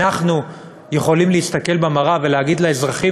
אנחנו יכולים להסתכל במראה ולהגיד לאזרחים